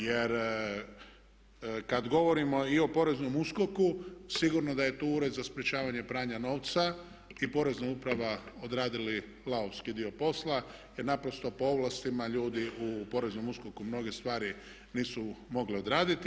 Jer kad govorimo i o poreznom USKOK-u sigurno da je tu Ured za sprečavanje pranja novca i Porezna uprava odradili lavovski dio posla jer naprosto po ovlastima ljudi u poreznom USKOK-u mnoge stvari nisu mogli odraditi.